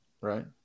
right